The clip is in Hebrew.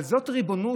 אבל זו ריבונות?